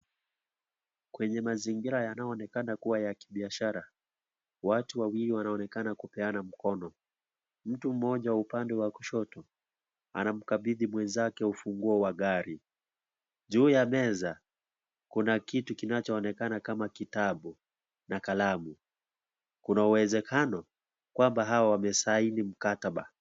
Kwenye mazingira yanayoonekana kuwa ya kibiashara, watu wawili wanaonekana kupeana mkono. Mtu moja upande wa kushoto, anamukabithi mwezake ufunguo wa gari. Juu ya meza, kuna kitu kinachoonekana kama kitabu na kalamu. Kuna wezekano kwamba hawa wamesahini mkataba.